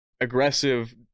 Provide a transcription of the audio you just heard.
aggressive